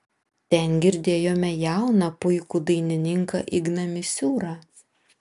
ten girdėjome jauną puikų dainininką igną misiūrą